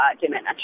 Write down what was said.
diminished